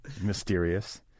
mysterious